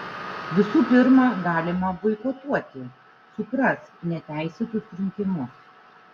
visų pirma galima boikotuoti suprask neteisėtus rinkimus